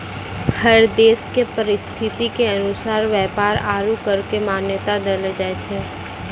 हर देश के परिस्थिति के अनुसार व्यापार आरू कर क मान्यता देलो जाय छै